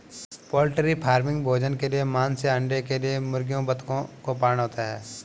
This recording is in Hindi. पोल्ट्री फार्मिंग भोजन के लिए मांस या अंडे के लिए मुर्गियों बतखों को पालना होता है